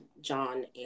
John